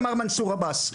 אמר מנסור עבאס.